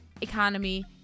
economy